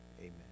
Amen